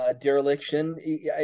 Dereliction